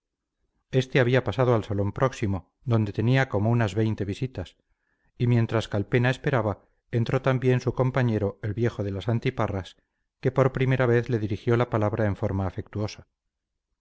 este había pasado al salón próximo donde tenía como unas veinte visitas y mientras calpena esperaba entró también su compañero el viejo de las antiparras que por primera vez le dirigió la palabra en forma afectuosa